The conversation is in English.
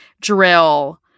drill